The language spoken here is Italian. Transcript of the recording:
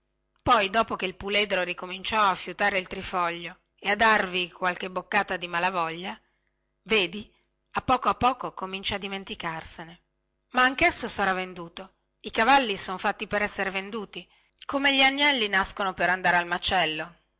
poi dopo che il puledro ricominciò a fiutare il trifoglio e a darvi qualche boccata di malavoglia vedi a poco a poco comincia a dimenticarsene ma anchesso sarà venduto i cavalli sono fatti per essere venduti come gli agnelli nascono per andare al macello